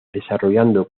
desarrollando